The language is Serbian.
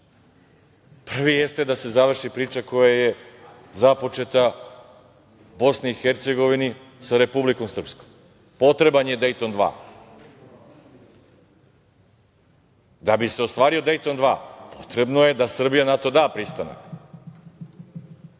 Prvi jeste da se završi priča koja je započeta u BiH sa Republikom Srpskom. Potreban je Dejton 2. Da bi se ostvario Dejton 2 potrebno je da Srbija na to da pristanak. Ova